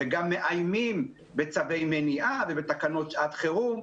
וגם מאיימים בצווי מניעה ובתקנות שעת חירום.